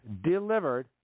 delivered